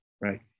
right